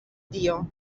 dio